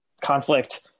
conflict